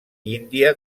índia